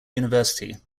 university